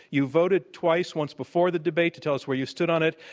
you voted twice, once before the debate to tell us where you stood on it,